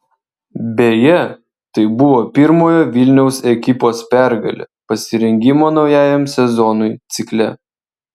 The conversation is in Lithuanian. beje tai buvo pirmojo vilniaus ekipos pergalė pasirengimo naujajam sezonui cikle